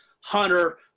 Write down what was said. Hunter